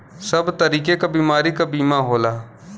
सब तरीके क बीमारी क बीमा होला